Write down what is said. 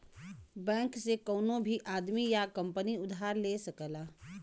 bank से कउनो भी आदमी या कंपनी उधार ले सकला